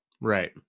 Right